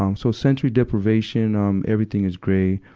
um so sensory deprivation, um, everything is gray.